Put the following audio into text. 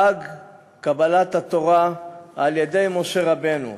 חג קבלת התורה על-ידי משה רבנו.